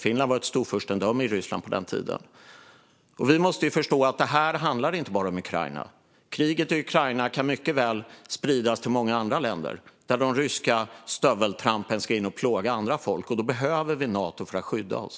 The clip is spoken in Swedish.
Finland var ett storfurstendöme i Ryssland på den tiden. Vi måste förstå att detta inte bara handlar om Ukraina. Kriget i Ukraina kan mycket väl spridas till många andra länder där det ryska stöveltrampet ska in och plåga andra folk, och då behöver vi Nato för att skydda oss.